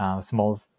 small